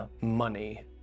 money